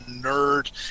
nerd